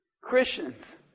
Christians